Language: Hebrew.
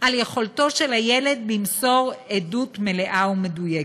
על יכולתו למסור עדות מלאה ומדויקת.